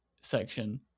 section